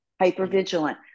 hypervigilant